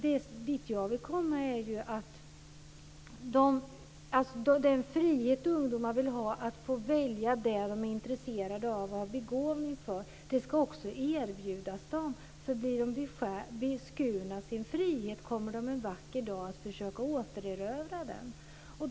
Dit jag vill komma är att den frihet ungdomarna vill ha, att få välja det de är intresserade av och har begåvning för, ska också erbjudas dem. Får de sin frihet beskuren kommer de en vacker dag att försöka återerövra den.